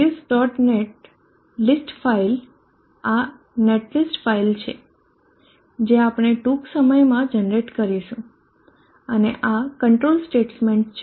net list file આ netlist file છે જે આપણે ટૂંક સમયમાં જનરેટ કરીશું અને આ કંટ્રોલ સ્ટેટમેન્ટ્સ છે